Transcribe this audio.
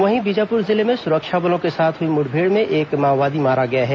वहीं बीजापुर जिले में सुरक्षा बलों के साथ हुई मुठभेड़ में एक माओवादी मारा गया है